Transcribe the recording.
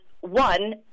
one